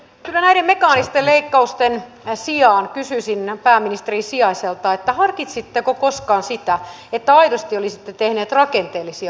kyllä näiden mekaanisten leikkausten sijaan kysyisin pääministerin sijaiselta harkitsitteko koskaan sitä että aidosti olisitte tehneet rakenteellisia uudistuksia